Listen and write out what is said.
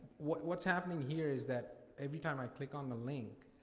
what's happening here is that every time i click on the link,